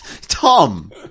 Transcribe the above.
Tom